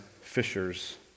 fishers